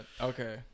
Okay